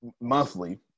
monthly